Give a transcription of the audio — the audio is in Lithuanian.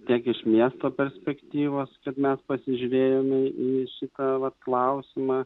tiek iš miesto perspektyvos kad mes pasižiūrėjome į šitą vat klausimą